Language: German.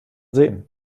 sehen